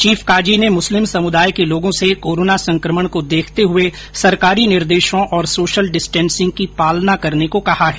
chief काजी ने मुस्लिम समुदाय के लोगों से कोरोना संकमण को देखते हुए सरकारी निर्देशों और सोशल डिस्टेन्सिंग की पालना करने को कहा है